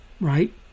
right